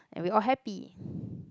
and we all happy